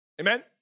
Amen